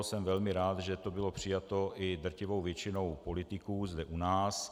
Jsem velmi rád, že to bylo přijato i drtivou většinou politiků zde u nás.